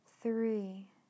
three